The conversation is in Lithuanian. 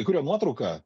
kurio nuotrauka